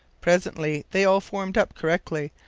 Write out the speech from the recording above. presently they all formed up correctly,